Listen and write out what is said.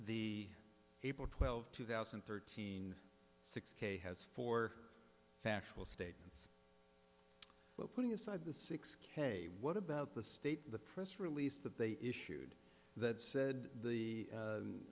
people twelve two thousand and thirteen six k has four factual statements but putting aside the six k what about the state of the press release that they issued that said the